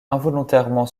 involontairement